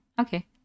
Okay